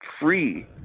free